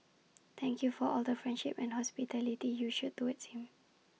thank you for all the friendship and hospitality you showed towards him